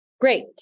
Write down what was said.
Great